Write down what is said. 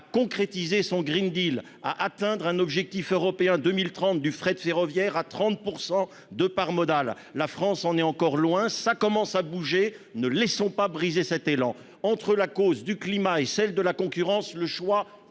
à concrétiser son Green Deal à atteindre un objectif européen 2030 du fret ferroviaire à 30% de part modale la France on est encore loin. Ça commence à bouger. Ne laissons pas briser cet élan entre la cause du climat et celle de la concurrence, le choix est